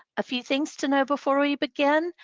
a few things to know before we begin.